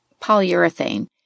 polyurethane